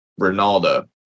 ronaldo